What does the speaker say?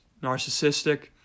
narcissistic